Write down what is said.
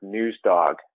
NewsDog